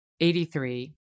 83